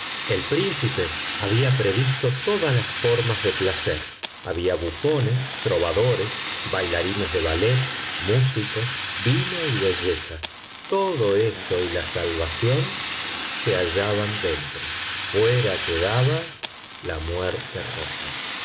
el príncipe había previsto todas las formas de placer había bufones trovadores bailarines de ballet músicos vino y belleza todo esto y la salvación se hallaban dentro fuera quedaba la muerte roja